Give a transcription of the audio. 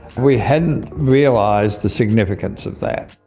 we hadn't realised the significance of that.